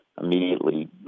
immediately